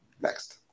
Next